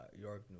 York